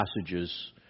passages